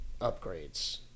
upgrades